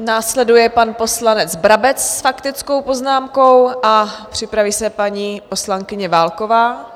Následuje pan poslanec Brabec s faktickou poznámkou a připraví se paní poslankyně Válková.